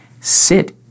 sit